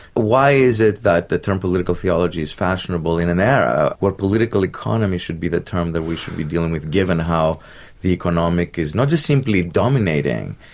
why is it that the term political theology is fashionable in an era where political economy should be the term that we should be dealing with given how the economic is not just simply dominating,